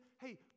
Hey